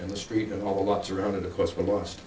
on the street and all of us around it of course were lost